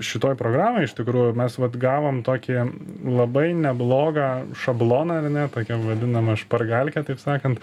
šitoj programoj iš tikrųjų mes vat gavom tokį labai neblogą šabloną ar ne tokiam vadinamą špargalkę taip sakant